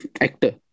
actor